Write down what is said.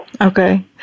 Okay